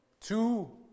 Two